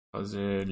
Fazer